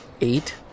eight